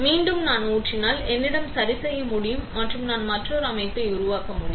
மீண்டும் நான் ஊற்றினால் என்னால் சரி செய்ய முடியும் மற்றும் நான் மற்றொரு அமைப்பை உருவாக்க முடியும்